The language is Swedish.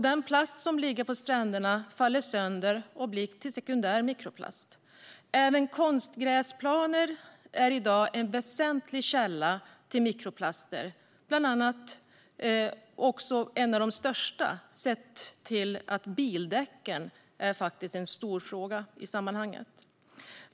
Den plast som ligger på stränderna faller sönder och blir till sekundär mikroplast. Även konstgräsplaner är i dag en väsentlig källa till mikroplaster - en av de största med tanke på att bildäck är en stor fråga i sammanhanget.